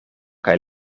kaj